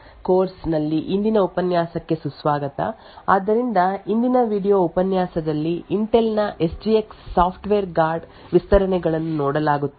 hello ಮತ್ತು secure systems engineering course ನಲ್ಲಿ ಇಂದಿನ ಉಪನ್ಯಾಸಕ್ಕೆ ಸುಸ್ವಾಗತ ಆದ್ದರಿಂದ ಇಂದಿನ ವೀಡಿಯೊ ಉಪನ್ಯಾಸದಲ್ಲಿ ಇಂಟೆಲ್ ನ S G X software guard ವಿಸ್ತರಣೆಗಳನ್ನು ನೋಡಲಾಗುತ್ತದೆ